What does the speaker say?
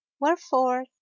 wherefore